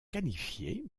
qualifiées